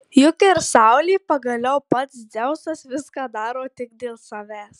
juk ir saulė pagaliau pats dzeusas viską daro tik dėl savęs